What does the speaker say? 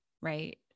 right